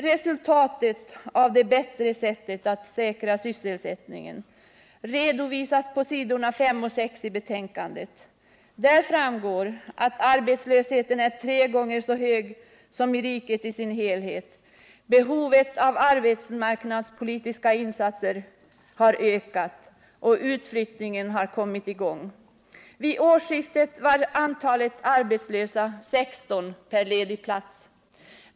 Resultatet av ”det bättre sättet” att säkra sysselsättningen redovisas på s. 5 och 6 i betänkandet. Där framgår att arbetslösheten är tre gånger så hög som i riket i dess helhet. Behovet av arbetsmarknadspolitiska insatser har ökat och utflyttningen har kommit i gång. Vid årsskiftet var antalet arbetslösa 16 per ledig plats.